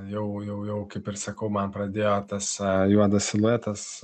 jau jau jau kaip ir sakau man pradėjo tas juodas siluetas